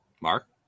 Mark